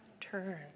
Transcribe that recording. turn